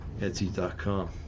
Etsy.com